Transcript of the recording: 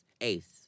Ace